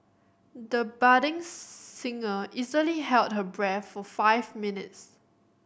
the budding singer easily held her breath for five minutes